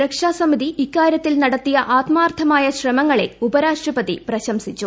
സുരക്ഷാ സമിതി ഇക്കാര്യത്തിൽ നടത്തിയ ആത്മാർത്ഥമായ ശ്രമങ്ങളെ ഉപരാഷ്ട്രപതി പ്രശംസിച്ചു